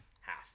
half